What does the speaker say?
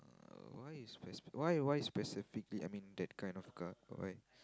why is specific why why specifically I mean that kind of car why